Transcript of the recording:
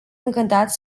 încântat